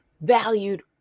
valued